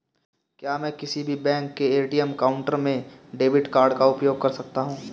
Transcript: क्या मैं किसी भी बैंक के ए.टी.एम काउंटर में डेबिट कार्ड का उपयोग कर सकता हूं?